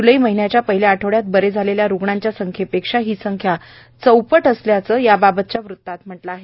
ज्लै महिन्याच्या पहिल्या आठवड्यात बरे झालेल्या रुग्णांच्या संख्येपेक्षा ही संख्या चौपट असल्याचं याबाबतच्या वृत्तात म्हटलं आहे